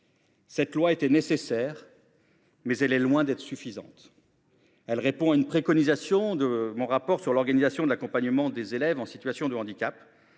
Elle était nécessaire, mais elle est loin d’être suffisante. Elle répond à une préconisation de mon rapport sur l’organisation de l’accompagnement des élèves en situation de handicap.